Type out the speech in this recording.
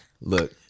look